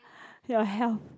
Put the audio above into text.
your health